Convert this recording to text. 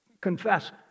confess